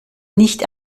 nicht